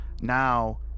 now